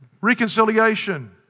reconciliation